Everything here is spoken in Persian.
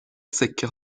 سکه